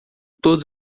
todas